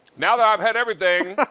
now that i've had everything,